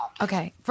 okay